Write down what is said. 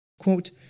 Quote